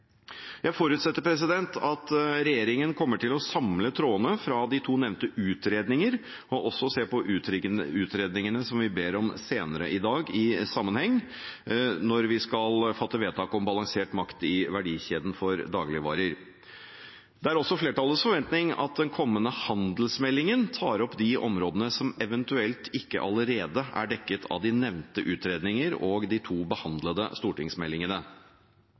Jeg forutsetter at regjeringen kommer til å samle trådene fra de to nevnte utredninger og også se på utredningene som vi ber om senere i dag, i sammenheng når vi skal fatte vedtak om balansert makt i verdikjeden for dagligvarer. Det er også flertallets forventning at den kommende handelsmeldingen tar opp de områdene som eventuelt ikke allerede er dekket av de nevnte utredninger og de to behandlede stortingsmeldingene.